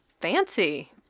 Fancy